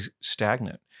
stagnant